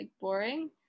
boring